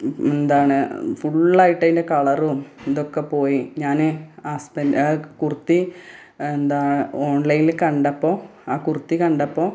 എന്താണ് ഫുള്ള് ആയിട്ട് അതിൻ്റെ കളറും ഇതൊക്കെ പോയി ഞാൻ അസ്ബെൻഡ് കുർത്തി എന്താ ഓൺലൈനിൽ കണ്ടപ്പോൾ ആ കുർത്തി കണ്ടപ്പോൾ